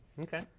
Okay